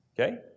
Okay